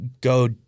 go